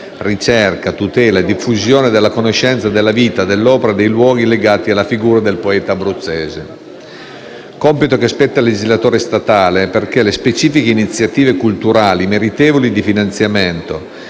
ricerca, tutela e diffusione della conoscenza della vita, dell'opera e dei luoghi legati alla figura del poeta abruzzese. Tale compito spetta al legislatore statale, perché le specifiche iniziative culturali meritevoli di finanziamento,